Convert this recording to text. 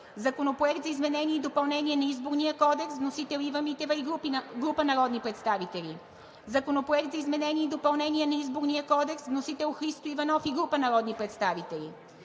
Законопроект за изменение и допълнение на Изборния кодекс. Внесен е от Ива Митева и група народни представители. Законопроект за изменение и допълнение на Изборния кодекс. Внесен е от Христо Иванов и група народни представители.